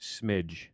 smidge